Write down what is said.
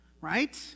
right